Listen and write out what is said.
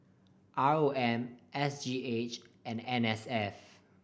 R O M S G H and N S F